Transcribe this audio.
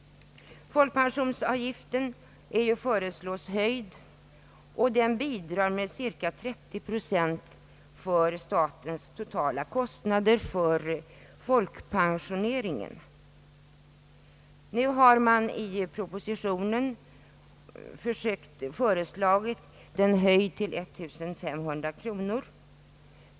Folkpensionsavgiften föreslås höjd till 3 procent och den bidrar med cirka 30 procent till statens totala kostnader för folkpensioneringen. I propositionen har man föreslagit höjningen till 1500 kronor.